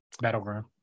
Battleground